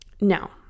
Now